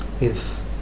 yes